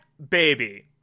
Baby